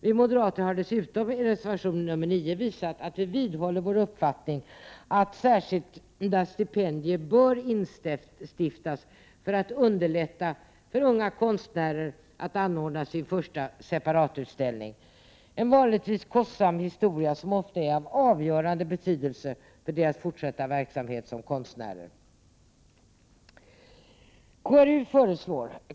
Vi moderater har dessutom i reservation nr 9 visat att vi vidhåller vår uppfattning att särskilda stipendier bör instiftas för att underlätta för unga konstnärer att anordna sin första separatutställning — en vanligtvis kostsam historia, som ofta är av avgörande betydelse för deras fortsatta verksamhet som konstnärer.